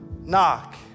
knock